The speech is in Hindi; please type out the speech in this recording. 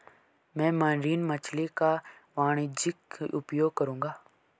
मैं मरीन मछली का वाणिज्यिक उपयोग करूंगा